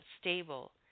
stable